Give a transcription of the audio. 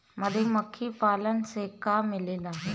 मधुमखी पालन से का मिलेला?